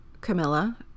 Camilla